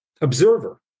observer